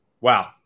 Wow